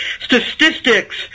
statistics